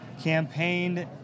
campaigned